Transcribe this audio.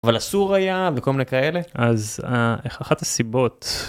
אבל אסור היה וכל מיני כאלה, אז איך אחת הסיבות.